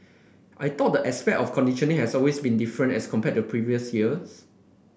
I thought the aspect of conditioning has always been different as compared to previous years